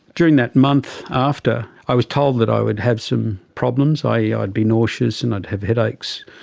during that month after, i was told that i would have some problems, i. e. ah i'd be nauseous and i'd have headaches,